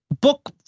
Book